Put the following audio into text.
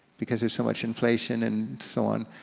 because there's so much inflation and so on,